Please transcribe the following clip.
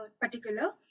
particular